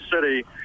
city